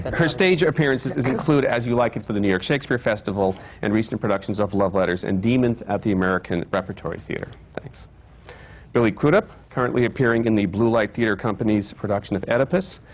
and her stage appearances include as you like it for the new york shakespeare festival and recent productions of love letters and demons at the american repertory theatre. billy crudup, currently appearing in the blue light theatre company's production of oedipus,